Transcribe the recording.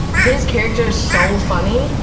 his character is so funny,